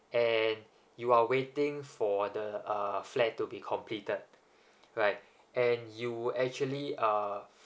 and you are waiting for the uh flat to be completed right and you would actually uh